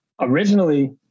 originally